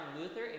luther